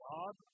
God